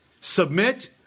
submit